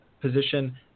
position